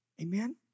Amen